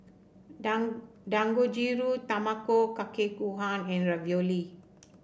Dang Dangojiru Tamago Kake Gohan and Ravioli